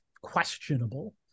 questionable